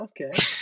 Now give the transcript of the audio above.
Okay